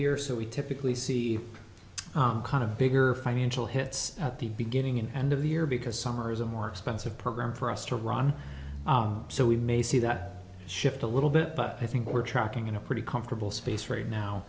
year so we typically see kind of bigger financial hits at the beginning and end of the year because summer is a more expensive program for us to run so we may see that shift a little bit but i think we're trucking in a pretty comfortable space right